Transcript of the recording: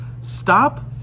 Stop